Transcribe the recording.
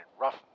rough